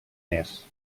més